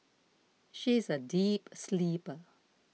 she is a deep sleeper